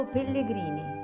Pellegrini